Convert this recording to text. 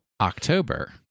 October